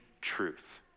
truth